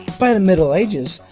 by the middle ages,